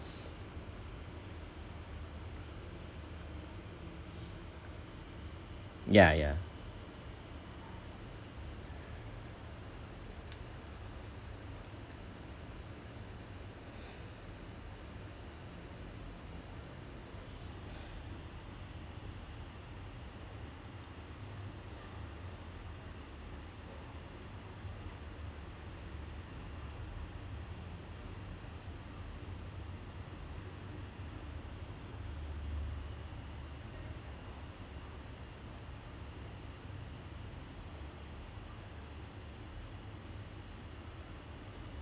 ya ya